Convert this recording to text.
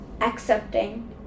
accepting